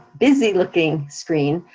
busy looking screen,